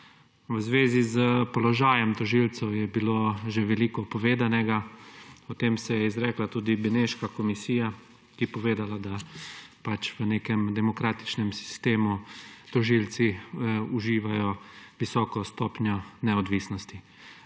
V zvezi s položajem tožilcev je bilo že veliko povedanega. O tem se je izrekla tudi Beneška komisija, ki je povedala, da v nekem demokratičnem sistemu tožilci uživajo visoko stopnjo neodvisnosti.